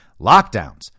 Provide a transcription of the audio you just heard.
lockdowns